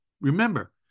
Remember